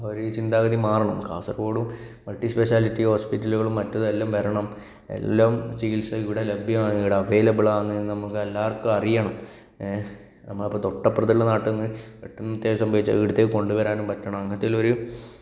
ഒരു ചിന്താഗതി മാറണം കാസർഗോഡും മൾട്ടിസ്പെഷ്യാലിറ്റി ഹോസ്പിറ്റലുകളും മറ്റതും എല്ലാം വരണം എല്ലാ ചികിൽസ ഇവിടെ ലഭ്യം ഇവിടെ അവൈലബിൾ ആണെന്ന് നമുക്ക് എല്ലാവർക്കും അറിയണം നമ്മൾ ഇപ്പോൾ തൊട്ട് അപ്പുറത്ത് ഉള്ള നാട്ടിൽ നിന്ന് പെട്ടെന്ന് അത്യാഹിതം സംഭവിച്ചാൽ ഇവിടുത്തേക്ക് കൊണ്ടുവരാനും പറ്റണം അങ്ങനത്തെ എല്ലാം ഒരു